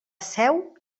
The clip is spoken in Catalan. seu